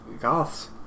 Goths